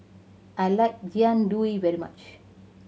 I like Jian Dui very much